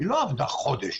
היא לא עבדה חודש.